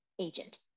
agent